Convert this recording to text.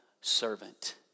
servant